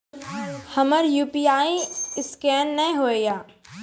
हमर UPI scan नेय हो या?